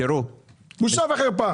בושה וחרפה.